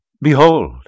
Behold